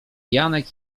janek